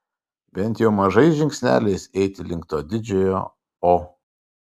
bent jau mažais žingsneliais eiti link to didžiojo o